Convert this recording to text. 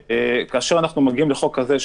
כאשר אנחנו מגיעים לחוק הזה,